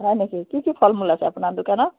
হয় নেকি কি কি ফল মূল আছে আপোনাৰ দোকানত